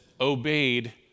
obeyed